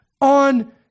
on